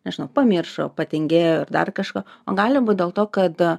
nežinau pamiršo patingėjo ir dar kažko o gali būt dėl to kad